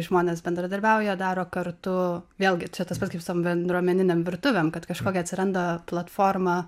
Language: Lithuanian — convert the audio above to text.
žmonės bendradarbiauja daro kartu vėlgi čia tas pats kaip su tom bendruomeninėm virtuvėm kad kažkokia atsiranda platforma